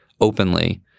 openly